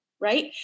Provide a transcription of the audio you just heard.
right